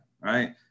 right